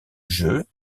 jeu